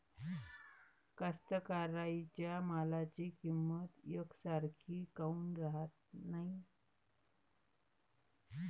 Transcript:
कास्तकाराइच्या मालाची किंमत यकसारखी काऊन राहत नाई?